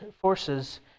forces